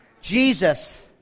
Jesus